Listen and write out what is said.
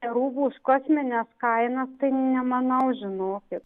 rūbų už kosmines kainas tai nemanau žinokit